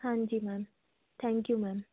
हाँ जी ma'am thank you ma'am